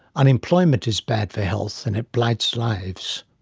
unemployment is bad for health and it blights lives.